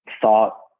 thought